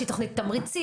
שהיא תוכנית תמריצים,